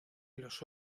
los